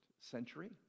century